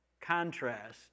contrast